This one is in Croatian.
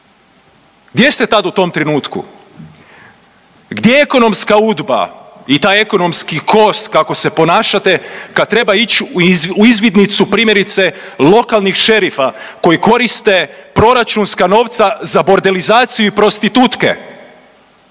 Gdje ste tad u tom trenutku? Gdje je ekonomska Udba i taj ekonomski kos kako se ponašate kad treba ić u izvidnicu primjerice lokalnih šerifa koji koriste proračunska novca za bordelizaciju i prostitutke,